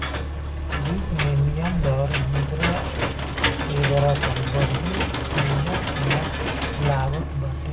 वित्त में विनिमय दर मुद्रा के अदला बदली कईला पअ लागत बाटे